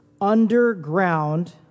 underground